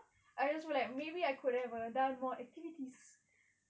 I just feel like maybe I could have done more activities